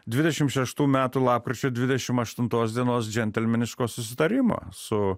dvidešim šeštų metų lapkričio dvidešim aštuntos dienos džentelmeniško susitarimo su